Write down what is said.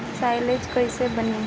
Silage कईसे बनी?